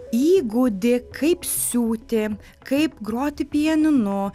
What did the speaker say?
įgūdį kaip siūti kaip groti pianinu